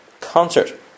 concert